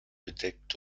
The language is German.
bedeckt